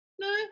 No